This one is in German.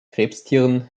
krebstieren